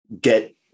get